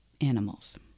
animals